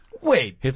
Wait